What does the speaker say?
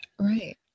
Right